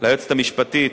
ליועצת המשפטית,